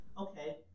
Okay